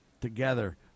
together